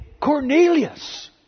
Cornelius